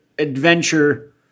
adventure